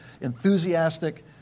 enthusiastic